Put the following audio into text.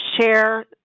share